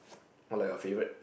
or like your favorite